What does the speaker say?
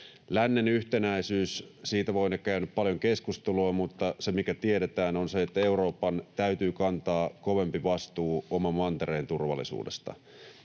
Lännen yhtenäisyys — siitä olemme käyneet paljon keskustelua, mutta se, mikä tiedetään, on se, että Euroopan täytyy kantaa kovempi vastuu oman mantereen turvallisuudesta.